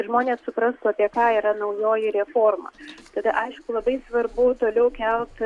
žmonės suprastų apie ką yra naujoji reforma tada aišku labai svarbu toliau kelt